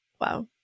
wow